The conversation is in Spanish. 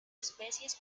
especies